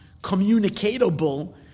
communicatable